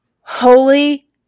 holy